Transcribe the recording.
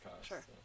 Sure